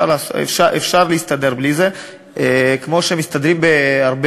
אפשר להסתדר בלי זה כמו שמסתדרים בהרבה